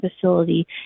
facility